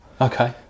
Okay